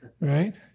right